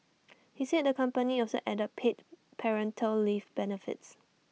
he said the company also added paid parental leave benefits